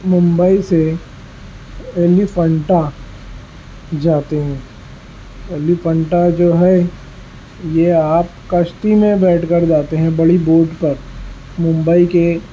ممبئی سے ایلیفنٹا جاتے ہیں ایلیفنٹا جو ہے یہ آپ کشتی میں بیٹھ کر جاتے ہیں بڑی بوٹ پر ممبئی کے